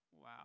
wow